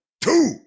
two